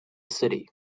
city